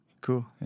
Cool